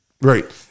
right